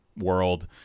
world